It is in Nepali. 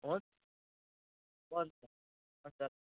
हुन्छ हुन्छ हुन्छ